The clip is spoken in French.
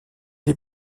les